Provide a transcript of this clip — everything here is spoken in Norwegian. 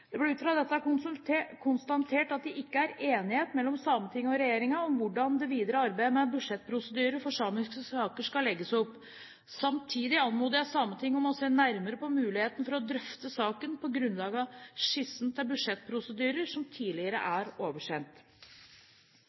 Det ble ut fra dette konstatert at det ikke er enighet mellom Sametinget og regjeringen om hvordan det videre arbeidet med budsjettprosedyrer for samiske saker skal legges opp. Samtidig anmodet jeg Sametinget om å se nærmere på muligheten for å drøfte saken på grunnlag av skissen til budsjettprosedyrer som tidligere er oversendt.